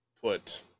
put